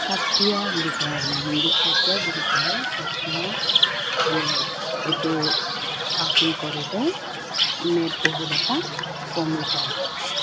চাকীয়া বুলি কওঁ আমি হিন্দীত চাকীয়া বুলি কয় চাকীয়া মানে এইটো আসন কৰিলে মেদ বহুলতা কমি যায়